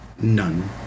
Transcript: None